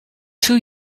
two